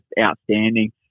outstanding